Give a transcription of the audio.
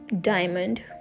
diamond